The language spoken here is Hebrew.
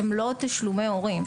אלה לא תשלומי הורים.